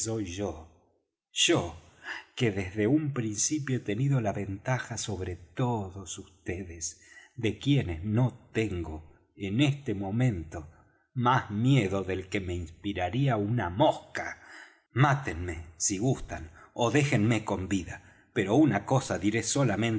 soy yo yo que desde un principio he tenido la ventaja sobre todos vds de quienes no tengo en este momento más miedo del que me inspiraría una mosca mátenme si gustan ó déjenme con vida pero una cosa diré solamente